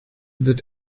wird